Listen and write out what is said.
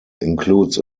includes